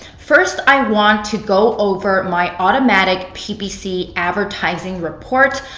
first, i want to go over my automatic ppc advertising report.